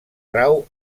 rau